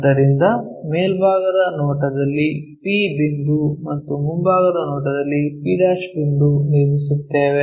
ಆದ್ದರಿಂದ ಮೇಲ್ಭಾಗದ ನೋಟದಲ್ಲಿ p ಬಿಂದು ಮತ್ತು ಮುಂಭಾಗದ ನೋಟದಲ್ಲಿ p' ಬಿಂದುವನ್ನು ನಿರ್ಮಿಸುತ್ತೇವೆ